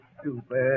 stupid